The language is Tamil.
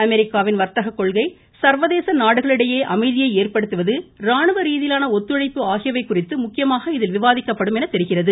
அமெரிக்காவின் வர்த்தக கொள்கை சர்வதேச நாடுகளிடையே அமைதியை ஏற்படுத்துவது ராணுவ ரீதியிலான ஒத்துழைப்பு ஆகியவை குறித்து முக்கியமாக இதில் விவாதிக்கப்படும் என தெரிகிறது